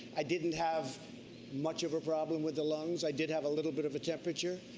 i didn't have much of a problem with the lungs. i did have a little bit of a temperature.